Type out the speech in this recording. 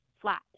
flat